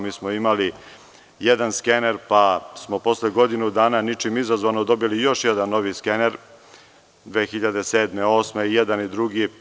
Mi smo imali jedan skener, pa smo posle godinu dana, ničim izazvano, dobili još jedan novi skener, 2007. i 2008. godine.